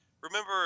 remember